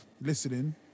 listening